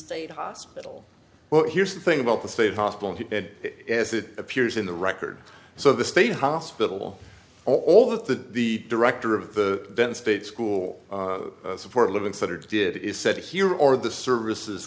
state hospital but here's the thing about the state hospital bed as it appears in the record so the state hospital all of the the director of the state school support living standards did is said here or the services